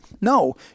no